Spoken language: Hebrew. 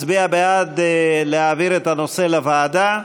מצביע בעד להעביר את הנושא לוועדה.